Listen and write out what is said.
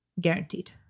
guaranteed